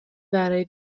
برای